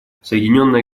соединенное